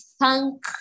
thank